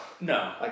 No